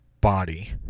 body